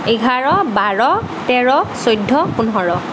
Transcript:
এঘাৰ বাৰ তেৰ চৈধ্য পোন্ধৰ